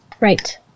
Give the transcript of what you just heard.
Right